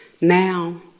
Now